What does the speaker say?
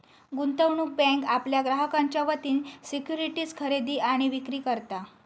गुंतवणूक बँक आपल्या ग्राहकांच्या वतीन सिक्युरिटीज खरेदी आणि विक्री करता